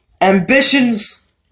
Ambitions